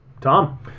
Tom